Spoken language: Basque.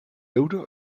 euro